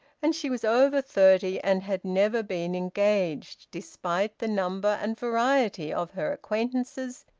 and she was over thirty and had never been engaged, despite the number and variety of her acquaintances,